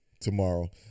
tomorrow